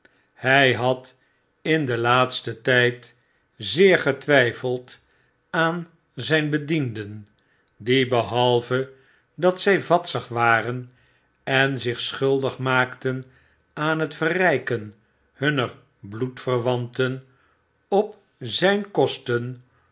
hy had in den laatsten tyd zeergetwijfeld aan zyn bedienden die behake dat zy vadsig waren en zich schuldig maakten aan het verryken hunner bloedverwanten op zyn kosten